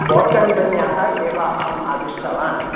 boat म्पन्याः एव अहं आदिष्टवान्